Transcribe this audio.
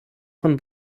von